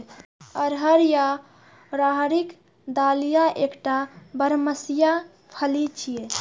अरहर या राहरिक दालि एकटा बरमसिया फली छियै